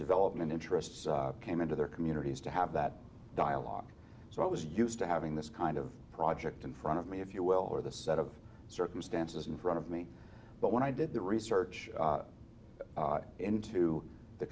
development interests came into their communities to have that dialogue so i was used to having this kind of project in front of me if you will or the set of circumstances in front of me but when i did the research into the